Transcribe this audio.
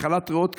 במחלת ריאות קשה,